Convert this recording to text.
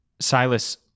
Silas